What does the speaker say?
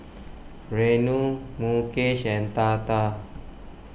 Renu Mukesh and Tata